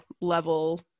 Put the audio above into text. level